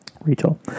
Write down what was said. Rachel